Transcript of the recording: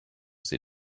sie